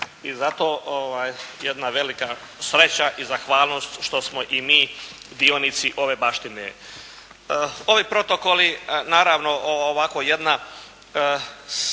I zato jedna velik sreća i zahvalnost što smo i mi dionici ove baštine. Ovi protokoli, naravno ovako jedna